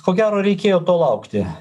ko gero reikėjo to laukti